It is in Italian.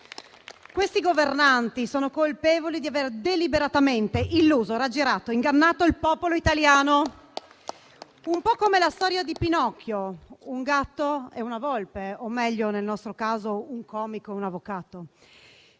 Questi governanti sono colpevoli di aver deliberatamente illuso, raggirato, ingannato il popolo italiano. Un po' come la storia di Pinocchio: un gatto e una volpe o meglio, nel nostro caso, un comico e un avvocato.